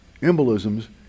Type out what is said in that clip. embolisms